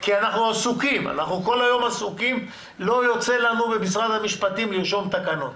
כי אנחנו כל היום עסוקים ולא יוצא לנו במשרד המשפטים לרשום תקנות.